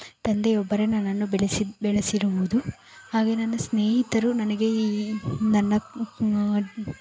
ತಂದೆಯೊಬ್ಬರೇ ನನ್ನನ್ನು ಬೆಳೆಸಿದ್ದು ಬೆಳಿಸಿರುವುದು ಹಾಗೆಯೇ ನನ್ನ ಸ್ನೇಹಿತರು ನನಗೆ ಈ ಈ ನನ್ನ